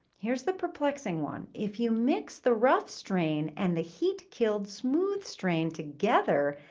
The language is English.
here's the perplexing one. if you mix the rough strain and the heat-killed smooth strain together,